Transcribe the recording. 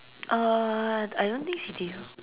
uh I don't think City Hall